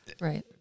Right